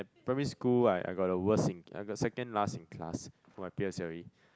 primary school I I got the worst in I got second last in class for my P_S_L_E